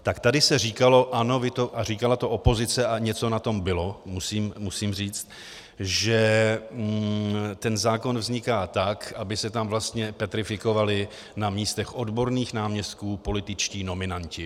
Tak tady se říkalo ano, vy to, a říkala to opozice a něco na tom bylo, musím říct, že ten zákon vzniká tak, aby se tam vlastně petrifikovali na místech odborných náměstků političtí nominanti.